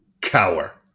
cower